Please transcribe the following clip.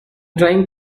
trying